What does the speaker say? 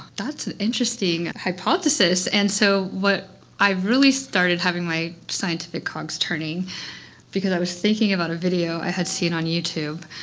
that's an interesting hypothesis. and so i really started having my scientific cogs turning because i was thinking about a video i had seen on youtube,